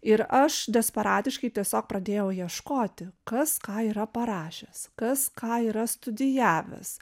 ir aš desperatiškai tiesiog pradėjau ieškoti kas ką yra parašęs kas ką yra studijavęs